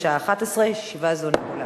בשעה 11:00. ישיבה זו נעולה.